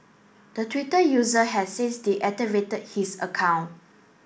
the Twitter user has since deactivated his account